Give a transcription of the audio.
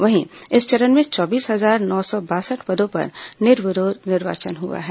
वहीं इस चरण में चौबीस हजार नौ सौ बासठ पदों पर निर्विरोध निर्वाचन हुआ है